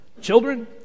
Children